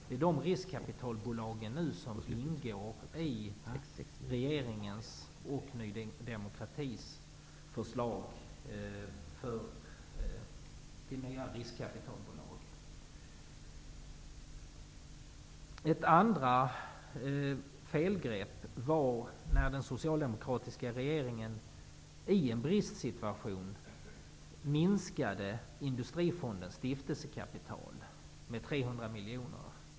Det är dessa bolag som nu ingår i regeringens och Ny demokratis förslag till nya riskkapitalbolag. Ett andra felgrepp var när den socialdemokratiska regeringen i en bristsituation minskade Industrifondens stiftelsekapital med 300 miljoner kronor.